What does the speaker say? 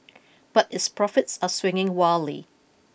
but its profits are swinging wildly